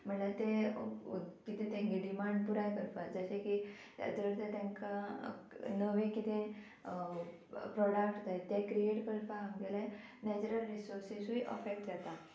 म्हणल्यार ते कितें तांकां डिमांड पुराय करपाक जशें की जर तें तांकां नवें किदें प्रोडक्ट जाय तें क्रियेट करपाक आमगेलें नॅचरल रिसोर्सीसूय अफेक्ट जाता